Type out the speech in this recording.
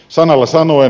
sanalla sanoen